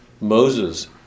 Moses